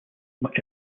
much